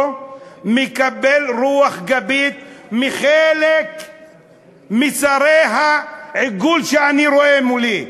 מקבלים רוח גבית מחלק משרי העיגול שאני רואה מולי,